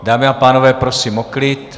Dámy a pánové, prosím o klid.